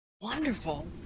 wonderful